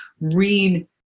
read